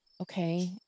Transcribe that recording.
Okay